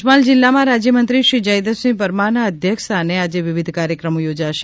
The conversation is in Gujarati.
પંચમહાલ જિલ્લામાં રાજયમંત્રી શ્રી જયદ્રથસિંહ પરમારના અધ્યક્ષ સ્થાને આજે વિવિધ કાર્યક્રમો યોજાશે